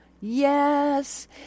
Yes